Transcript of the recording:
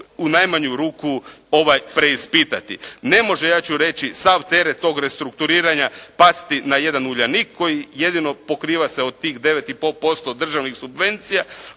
u najmanju ruku preispitati. Ne može ja ću reći sav teret tog restrukturiranja pasti na jedan "Uljanik" koji jedino pokriva se od tih 9,5% državnih subvencija,